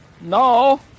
No